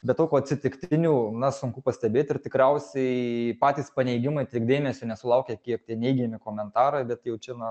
bet tokių atsitiktinių na sunku pastebėt ir tikriausiai patys paneigimai tiek dėmesio nesulaukia kiek tie neigiami komentarai bet jau čia na